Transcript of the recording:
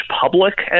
public